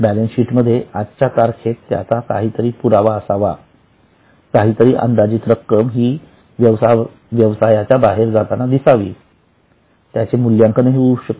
balance sheet मध्ये आजच्या तारखेत त्याचा काहीतरी पुरावा असावा काहीतरी अंदाजित रक्कम ही व्यवसाय बाहेर जाताना दिसावी त्याचे मूल्यांकनही होऊ शकते